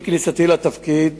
עם כניסתי לתפקיד